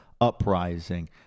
Uprising